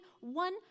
one